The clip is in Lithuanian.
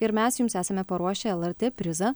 ir mes jums esame paruošę lrt prizą